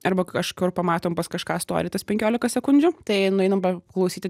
arba kažkur pamatom pas kažką story tas penkiolika sekundžių tai nueinam paklausyti